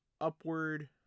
upward